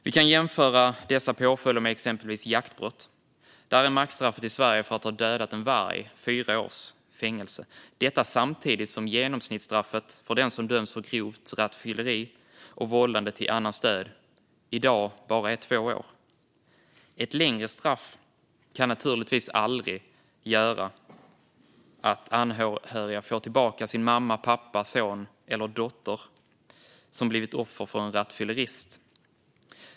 Vi kan jämföra dessa påföljder med påföljder vid exempelvis jaktbrott. Maxstraffet i Sverige för att ha dödat en varg är fyra års fängelse, samtidigt som genomsnittsstraffet för den som döms för grovt rattfylleri och vållande till annans död i dag bara är två år. Ett längre straff kan naturligtvis aldrig göra att anhöriga får tillbaka sin mamma, pappa, son eller dotter som har blivit offer för en rattfyllerist.